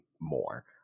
more